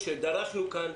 כשדרשנו כאן,